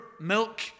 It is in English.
milk